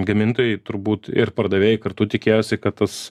gamintojai turbūt ir pardavėjai kartu tikėjosi kad tas